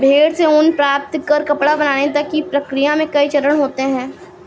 भेड़ से ऊन प्राप्त कर कपड़ा बनाने तक की प्रक्रिया में कई चरण होते हैं